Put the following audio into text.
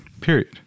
Period